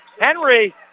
Henry